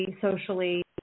socially